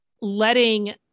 letting